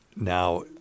Now